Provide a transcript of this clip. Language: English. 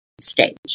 stage